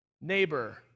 Neighbor